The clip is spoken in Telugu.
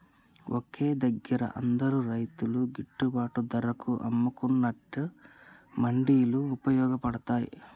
ఒకే దగ్గర అందరు రైతులు గిట్టుబాటు ధరకు అమ్ముకునేట్టు మండీలు వుపయోగ పడ్తాయ్